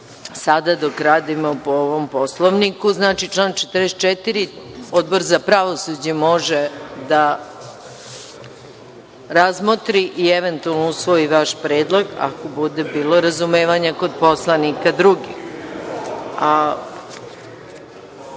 sada dok radimo po ovom Poslovniku, znači, član 44. Odbor za pravosuđe može da razmotri i eventualno usvoji vaš predlog, ako bude bilo razumevanja kod poslanika drugih.Za